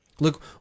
Look